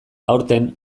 aurten